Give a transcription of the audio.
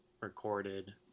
recorded